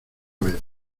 ver